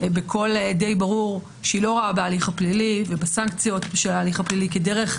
בקול די ברור שהיא לא רואה בהליך הפלילי ובסנקציות של הליך הפלילי כדרך